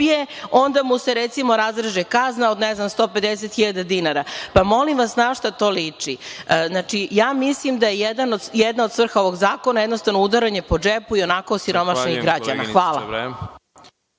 onda mu se recimo razreže kazna od 150 hiljada dinara. Molim vas, na šta to liči? Ja mislim da jedna od svrha ovog zakona jednostavno udaranje po džepu ionako osiromašenih građana. Hvala.